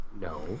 no